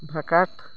ᱵᱷᱟᱠᱟᱴ